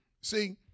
See